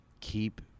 keep